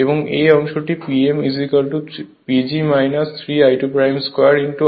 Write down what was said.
এবং এই অংশটি Pm PG 3 I2 2 r2 S হয়